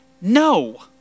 no